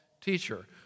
teacher